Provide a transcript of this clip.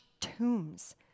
tombs